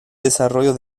desarrollo